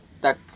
tak